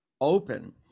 open